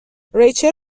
ریچل